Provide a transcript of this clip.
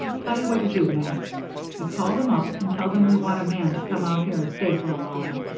tell you what you do, max you call them up and tell them we want a man to come out here and stay for a while.